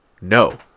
No